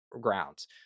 grounds